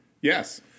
Yes